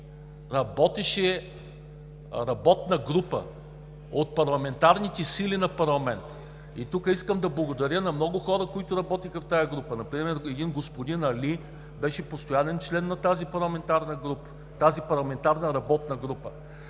работеше работна група от парламентарните сили на парламента. И тук искам да благодаря на много хора, които работеха в тази група, например господин Али беше постоянен член в тази парламентарна работна група.